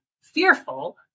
fearful